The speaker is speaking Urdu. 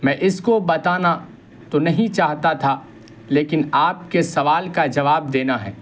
میں اس کو بتانا تو نہیں چاہتا تھا لیکن آپ کے سوال کا جواب دینا ہے